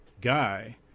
guy